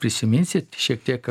prisiminsit šiek tiek